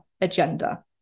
agenda